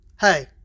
hey